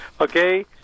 okay